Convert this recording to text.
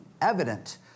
evident